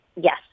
Yes